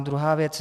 Druhá věc.